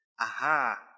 Aha